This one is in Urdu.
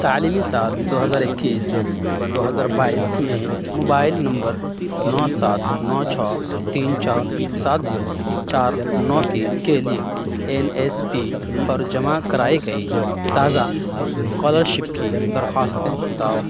تعلیمی سال دو ہزار اکیس دو ہزار بائیس میں موبائل نمبر نو سات نو چھ تین چار سات زیرو چار نو تین کے لیے این ایس پی پر جمع کرائی گئی تازہ اسکالرشپ کی درخواستیں بتاؤ